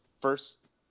first